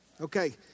Okay